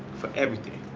for everything